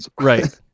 Right